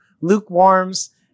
lukewarm's